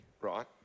right